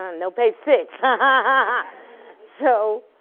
ah no page six. ah so